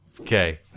okay